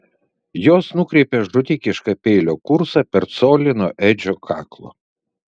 jos nukreipė žudikišką peilio kursą per colį nuo edžio kaklo